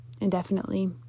indefinitely